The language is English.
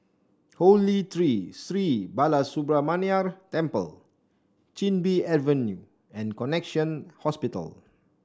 Holy Tree Sri Balasubramaniar Temple Chin Bee Avenue and Connexion Hospital